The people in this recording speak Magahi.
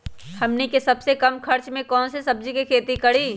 हमनी के सबसे कम खर्च में कौन से सब्जी के खेती करी?